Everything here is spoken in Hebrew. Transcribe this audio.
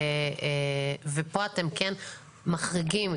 אבל פה אתם מחריגים,